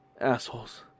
Assholes